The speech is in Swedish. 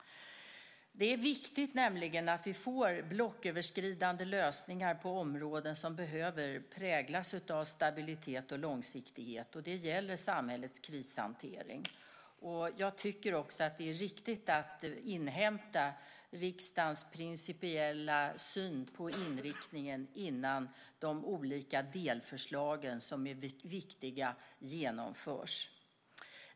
Det är nämligen viktigt att vi får blocköverskridande lösningar på områden som behöver präglas av stabilitet och långsiktighet, och det gäller samhällets krishantering. Jag tycker också att det är riktigt att inhämta riksdagens principiella syn på inriktningen innan de olika delförslagen, som är viktiga, genomförs.